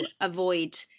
avoid